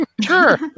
Sure